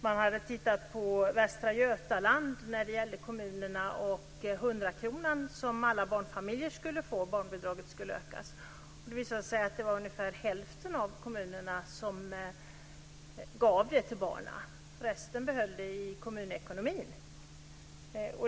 Man hade undersökt hur kommunerna i Västra Götaland hade agerat i fråga om 100-kronan, som alla barnfamiljer skulle få. Barnbidraget skulle höjas. Det visade sig att ungefär hälften av kommunerna gav pengarna till barnen. Resten behöll pengarna i kommunekonomin.